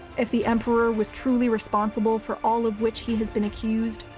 if the emperor was truly responsible for all of which he has been accused,